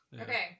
Okay